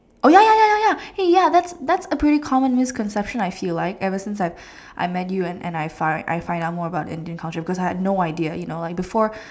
oh ya ya ya ya ya hey ya that's that's a pretty common misconception I feel like ever since I've I met you and and I find I find out more about Indian culture cause I had no idea you know like before